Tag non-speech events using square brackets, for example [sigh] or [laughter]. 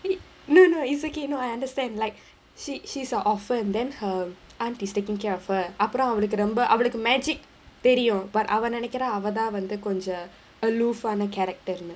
[laughs] no no it's okay no I understand like she she's an orphan then her aunt is taking care of her அப்பறம் அவளுக்கு ரொம்ப அவளுக்கு:apparam avalukku romba avalukku magic தெரியும்:theriyum but அவ நெனைக்குறா அவதா வந்து கொஞ்ச:ava nenaikkuraa avathaa vandhu konja aloof ஆன:aana character